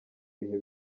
bihe